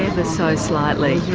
ah so slightly.